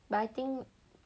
but I think